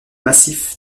massif